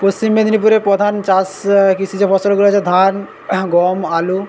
পশ্চিম মেদিনীপুরে প্রধান চাষ কৃষিজ ফসলগুলো হচ্ছে ধান গম আলু